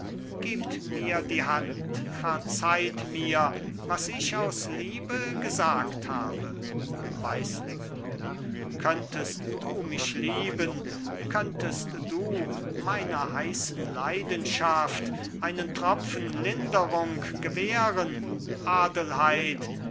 gebt mir die hand verzeiht mir was ich aus liebe gesagt habe weislingen könntest du mich lieben könntest du meiner heißen leidenschaft einen tropfen linderung gewähren adelheid